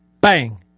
bang